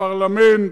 הפרלמנט,